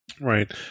Right